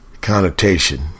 connotation